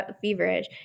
feverish